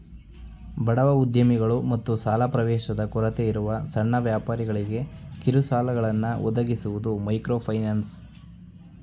ಬಡವ ಉದ್ಯಮಿಗಳು ಮತ್ತು ಸಾಲ ಪ್ರವೇಶದ ಕೊರತೆಯಿರುವ ಸಣ್ಣ ವ್ಯಾಪಾರಿಗಳ್ಗೆ ಕಿರುಸಾಲಗಳನ್ನ ಒದಗಿಸುವುದು ಮೈಕ್ರೋಫೈನಾನ್ಸ್